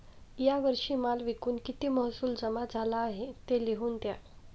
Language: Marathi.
या वर्षी माल विकून किती महसूल जमा झाला आहे, ते लिहून द्या